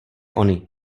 ony